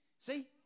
See